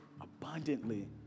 abundantly